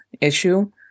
issue